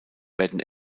werden